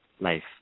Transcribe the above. life